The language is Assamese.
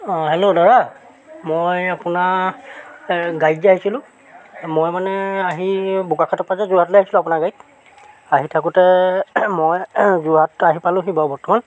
অঁ হেল্ল' দাদা মই আপোনাৰ গাড়ীত যে আহিছিলোঁ মই মানে আহি বোকাখাতৰপৰা যে যোৰহাটলৈ আহিছিলোঁ আপোনাৰ গাড়ীত আহি থাকোঁতে মই যোৰহাট আহি পালোঁহি বাৰু বৰ্তমান